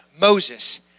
Moses